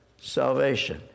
Salvation